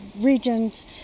regent